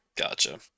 Gotcha